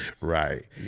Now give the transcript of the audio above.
Right